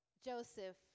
Joseph